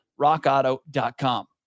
rockauto.com